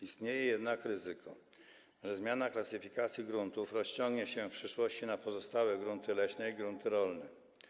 Istnieje jednak ryzyko, że zmiana klasyfikacji gruntów rozciągnie się w przyszłości na pozostałe grunty leśne i grunty rolne.